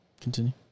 Continue